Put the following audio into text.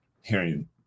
hearing